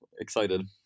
Excited